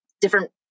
different